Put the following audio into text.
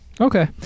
Okay